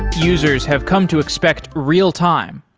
users have come to expect real-time.